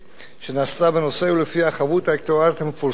שנעשתה בנושא ולפיה החבות האקטוארית המפורסמת על-ידי